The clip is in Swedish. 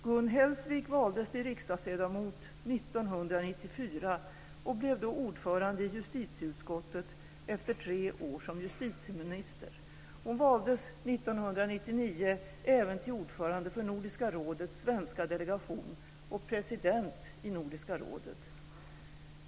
Gun Hellsvik valdes till riksdagsledamot 1994 och blev då ordförande i justitieutskottet efter tre år som justitieminister. Hon valdes 1999 även till ordförande för Nordiska rådets svenska delegation och president i Nordiska rådet.